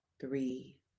three